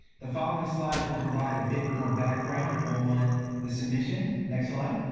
the following slides will provide a bit more background on the submission. next slide.